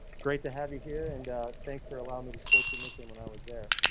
great to have you here and thanks for allowing me to support your mission. when i was there